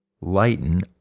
Lighten